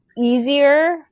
easier